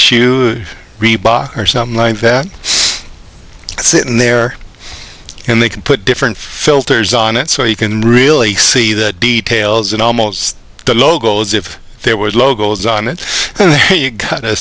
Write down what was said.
shoe reebok or something like that sitting there and they can put different filters on it so you can really see the details and almost the logos if there was logos on it you got